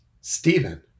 Stephen